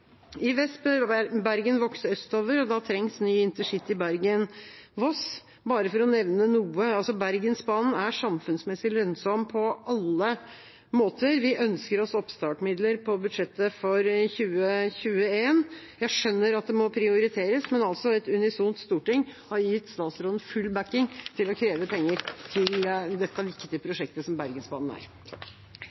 I vest vokser Bergen østover, og da trengs ny intercity Bergen–Voss, bare for å nevne noe. Bergensbanen er samfunnsmessig lønnsom på alle måter. Vi ønsker oss oppstartsmidler på budsjettet for 2021. Jeg skjønner at det må prioriteres, men et unisont storting har altså gitt statsråden full oppbakking til å kreve penger til det viktige prosjektet som Bergensbanen er.